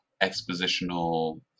expositional